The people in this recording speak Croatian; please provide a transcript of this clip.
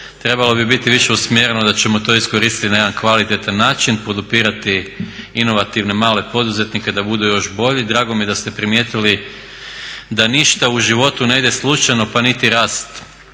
trebalo bi biti više usmjereno da ćemo to iskoristiti na jedan kvalitetan način, podupirati inovativne male poduzetnike da budu još bolji. Drago mi je da ste primijetili da ništa u životu ne ide slučajno pa niti rast